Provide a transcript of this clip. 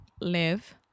Live